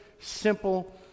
simple